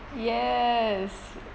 yes